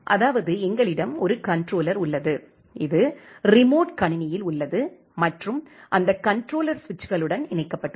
அதாவது எங்களிடம் ஒரு கண்ட்ரோலர் உள்ளது இது ரிமோட் கணினியில் உள்ளது மற்றும் அந்த கண்ட்ரோலர் சுவிட்சுகளுடன் இணைக்கப்பட்டுள்ளது